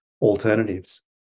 alternatives